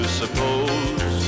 suppose